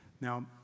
Now